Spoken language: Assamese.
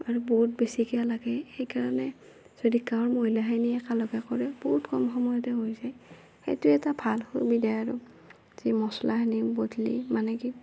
আৰু বহুত বেছিকে লাগে সেইকাৰণে যদি গাঁৱৰ মহিলাখিনিয়ে একেলগে কৰে বহুত কম সময়তে হৈ যায় সেইটো এটা ভাল সুবিধা আৰু যে মচলাখিনি বটলি মানে কি